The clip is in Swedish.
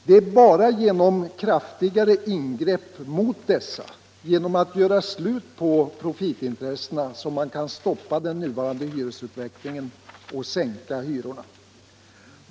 Det är bara genom kraftigare ingrepp mot dessa, genom att göra slut på profitintressena, som man kan stoppa den nuvarande hyresutvecklingen och sänka hyrorna.